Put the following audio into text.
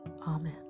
Amen